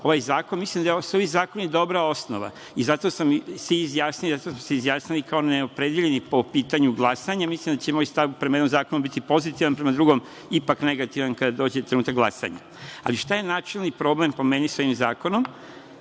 ovaj zakon, mislim da su ovi zakoni dobra osnova i zato sam se izjasnio. Izjasnio sam se kao neopredeljeni po pitanju glasanja, mislim da će moj stav prema ovog zakon biti pozitivan, prema drugom ipak negativan kada dođe trenutak glasanja. Šta je načelni problem po meni sa ovim zakonom